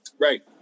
Right